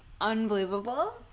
unbelievable